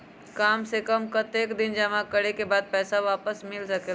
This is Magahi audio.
काम से कम कतेक दिन जमा करें के बाद पैसा वापस मिल सकेला?